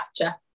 capture